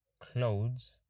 clothes